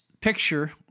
picture